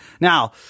Now